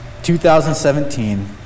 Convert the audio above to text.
2017